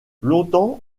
longtemps